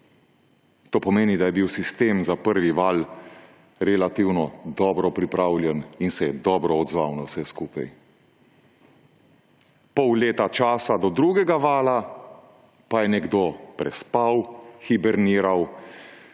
To pomeni, da je bil sistem za prvi val relativno dobro pripravljen in se je dobro odzval na vse skupaj. Pol leta časa do drugega vala pa je nekdo prespal, hiberniral,